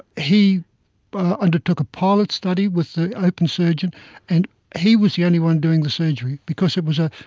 he but undertook a pilot study with the open surgeon and he was the only one doing the surgery because it was a